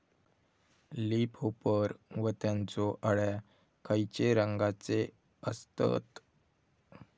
Leaf hopper व त्यानचो अळ्या खैचे रंगाचे असतत?